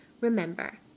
Remember